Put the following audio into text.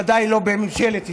ודאי לא בממשלת ישראל.